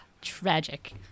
Tragic